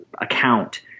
account